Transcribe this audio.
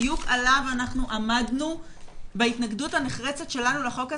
בדיוק עליו אנחנו עמדנו בהתנגדות הנחרצת שלנו לחוק הזה,